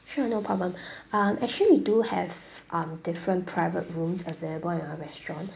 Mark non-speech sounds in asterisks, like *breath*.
sure no problem *breath* um actually we do have um different private rooms available in our restaurant